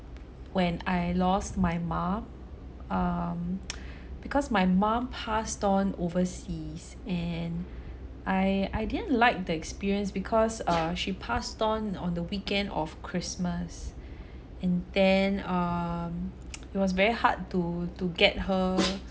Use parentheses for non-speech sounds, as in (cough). when I lost my mom um (noise) because my mom passed on overseas and I I didn't like that experience because uh she passed on on the weekend of christmas and then um (noise) it was very hard to to get her